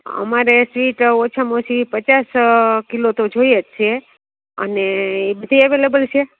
અમારે સ્વીટ ઓછામાં ઓછી પચાસ કિલો તો જોઈએ જ છીએ અને બધી અવેલેબલ છે